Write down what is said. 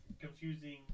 confusing